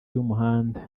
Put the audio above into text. y’umuhanda